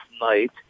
night